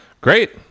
Great